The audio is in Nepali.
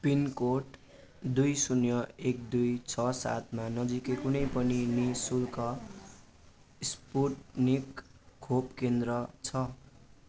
पिनकोड दुई शून्य एक दुई छ सातमा नजिकै कुनै पनि नि शुल्क स्पुत्निक खोप केन्द्र छ